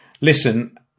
listen